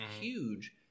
huge